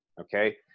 Okay